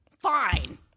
fine